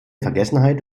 vergessenheit